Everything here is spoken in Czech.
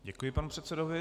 Děkuji panu předsedovi.